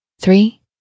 three